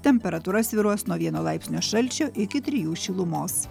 temperatūra svyruos nuo vieno laipsnio šalčio iki trijų šilumos